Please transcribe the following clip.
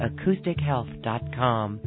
AcousticHealth.com